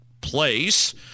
place